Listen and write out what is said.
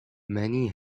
many